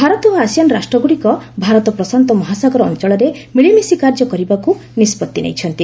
ଭାରତ ଓ ଆସିଆନ ରାଷ୍ଟ୍ରଗୁଡିକ ଭାରତ ପ୍ରଶାନ୍ତ ମହାସାଗର ଅଞ୍ଚଳରେ ମିଳିମିଶି କାର୍ଯ୍ୟ କରିବାକୁ ନିଷ୍ପଭି ନେଇଛନ୍ତି